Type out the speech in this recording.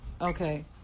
Okay